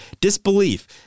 disbelief